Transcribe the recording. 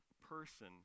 person